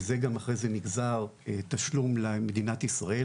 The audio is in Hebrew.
מזה גם אחרי זה נגזר התשלום למדינת ישראל,